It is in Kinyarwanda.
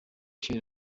chez